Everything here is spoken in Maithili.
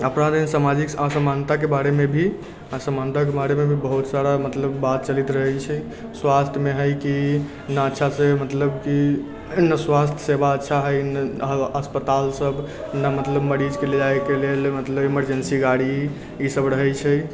अपराध एहन सामाजिक असमानताके बारेमे भी असमानताके बारे मे भी बहुत सारा बात मतलब चलैत रहै छै स्वास्थमे हय कि नहि अच्छासँ मतलब कि ने स्वास्थ सेवा अच्छा हय ने अहाँ अस्पताल सब ने मतलब मरीजके ले जाइके लेल मतलब इमर्जेन्सी गाड़ी ई सब रहै छै